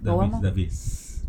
dah habis dah habis